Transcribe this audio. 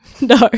No